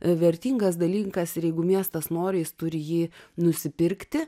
vertingas dalynkas ir jeigu miestas nori jis turi jį nusipirkti